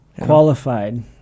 Qualified